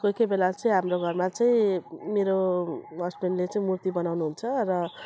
कोही कोही बेला चाहिँ हाम्रो घरमा चाहिँ मेरो हस्ब्यान्डले चाहिँ मूर्ति बनाउनुहुन्छ र